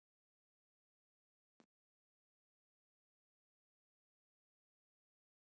ఎలాంటి బీమా నా వ్యవసాయానికి తోడుగా ఉంటుంది?